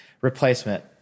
replacement